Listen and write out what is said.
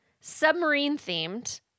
submarine-themed